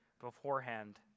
beforehand